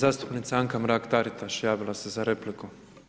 Zastupnica Anka Mrak-Taritaš, javila se za repliku.